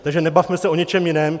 Takže nebavme se o něčem jiném.